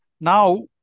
now